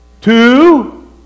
two